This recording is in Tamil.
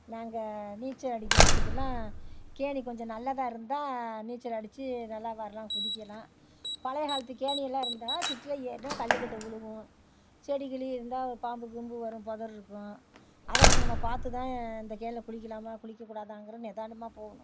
நாங்கள் நீச்சல் அடிக்கிறதுக்கெல்லாம் கேணி கொஞ்சம் நல்லதாக இருந்தால் நீச்சல் அடித்து நல்லா வரலாம் குதிக்கலாம் பழைய காலத்துக் கேணியெல்லாம் இருந்தால் திட்டில் ஏறினா கல்லுக்கட்டு விழுகும் செடி கிடி இருந்தால் ஒரு பாம்பு கீம்பு வரும் புதர் இருக்கும் அதை கொஞ்சம் நம்ம பார்த்து தான் இந்தக் கேணியில் குளிக்கிலாமா குளிக்கக்கூடாதாங்கிற நிதானமாக போகணும்